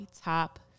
top